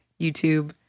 YouTube